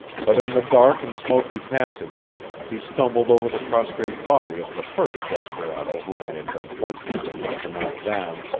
but in the dark and smoky passage he stumbled over the prostrate body of the first desperado whom i had been fortunate enough to knock down,